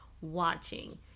watching